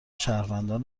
شهروندان